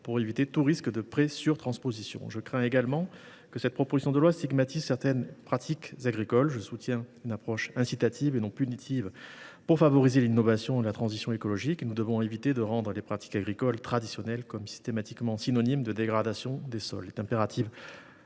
nous de tout risque de pré surtransposition. Je crains également que cette proposition de loi ne vienne stigmatiser certaines pratiques agricoles. Je soutiens une approche incitative, et non punitive, pour favoriser l’innovation et la transition écologique. Nous devons éviter de rendre les pratiques agricoles traditionnelles systématiquement synonymes de dégradation des sols.